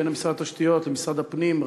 בין משרד התשתיות למשרד הפנים,